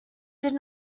did